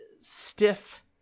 stiff